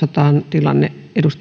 tilanne